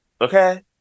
okay